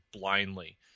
blindly